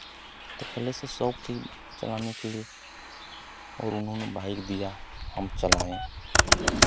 तो पहले से शौख थी चलाने के लिए और उन्होंने बाइक दिया हम चलाएँ